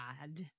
god